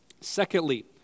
Secondly